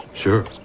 sure